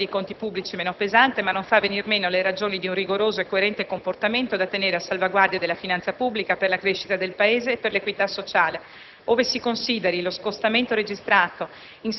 L'importo delle maggiori entrate accertate rende infatti la situazione dei conti pubblici meno pesante, ma non fa venir meno le ragioni di un rigoroso e coerente comportamento da tenere a salvaguardia della finanza pubblica, per la crescita del Paese e per l'equità sociale,